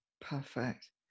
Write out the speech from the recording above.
Perfect